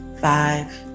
Five